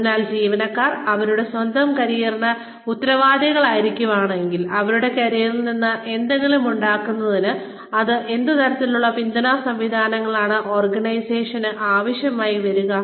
അതിനാൽ ജീവനക്കാർ അവരുടെ സ്വന്തം കരിയറിന് ഉത്തരവാദികളായിരിക്കുകയാണെങ്കിൽ അവരുടെ കരിയറിൽ നിന്ന് എന്തെങ്കിലും ഉണ്ടാക്കുന്നതിന് എന്ത് തരത്തിലുള്ള പിന്തുണാ സംവിധാനങ്ങളാണ് ഓർഗനൈസേഷന് ആവശ്യമായി വരുക